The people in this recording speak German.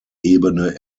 ebene